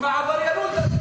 עבריינות.